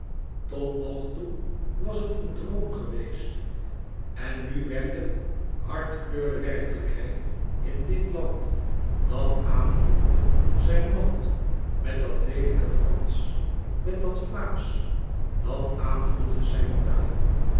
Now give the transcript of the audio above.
totnogtoe was het een droom geweest en nu werd het hardkleurde werkelijkheid in dit land dat aanvoelde zijn land met dat leelijke fransch met dat vlaamsch dat aanvoelde zijn taal